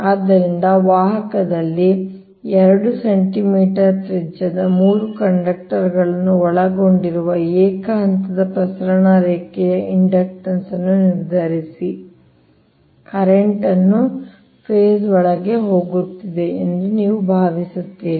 ಆದ್ದರಿಂದ ವಾಹಕದಲ್ಲಿ 2 ಸೆಂಟಿಮೀಟರ್ ತ್ರಿಜ್ಯದ 3 ಕಂಡಕ್ಟರ್ಗಳನ್ನು ಒಳಗೊಂಡಿರುವ ಏಕ ಹಂತದ ಪ್ರಸರಣ ರೇಖೆಯ ಇಂಡಕ್ಟನ್ಸ್ ಅನ್ನು ನಿರ್ಧರಿಸಿ ಕರೆಂಟ್ ಫೇಸ್ ಒಳಗೆ ಹೋಗುತ್ತಿದೆ ಎಂದು ನೀವು ಭಾವಿಸುತ್ತೀರಿ